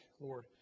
Lord